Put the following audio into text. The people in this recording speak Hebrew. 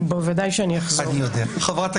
וזה נעשה רק במקרים החמורים בלבד ועל פי